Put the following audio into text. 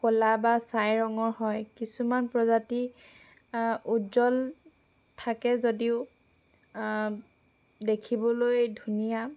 ক'লা বা ছাই ৰঙৰ হয় কিছুমান প্ৰজাতি উজ্জ্বল থাকে যদিও দেখিবলৈ ধুনীয়া